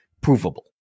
provable